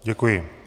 Děkuji.